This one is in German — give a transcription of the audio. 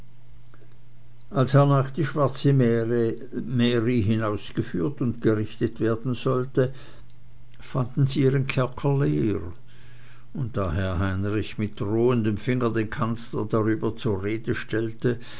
als hernach die schwarze mary hinausgeführt und gerichtet werden sollte fanden sie ihren kerker leer und da herr heinrich mit drohendem finger den kanzler darüber zur rede stellte